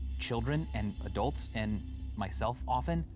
children and adults, and myself, often,